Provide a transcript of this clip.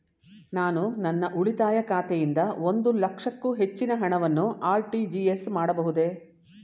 ನಾನು ನನ್ನ ಉಳಿತಾಯ ಖಾತೆಯಿಂದ ಒಂದು ಲಕ್ಷಕ್ಕೂ ಹೆಚ್ಚಿನ ಹಣವನ್ನು ಆರ್.ಟಿ.ಜಿ.ಎಸ್ ಮಾಡಬಹುದೇ?